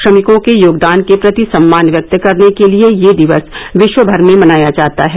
श्रमिकों के योगदान के प्रति सम्मान व्यक्त करने के लिये यह दिवस विश्व भर में मनाया जाता है